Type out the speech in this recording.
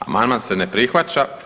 Amandman se ne prihvaća.